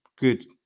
good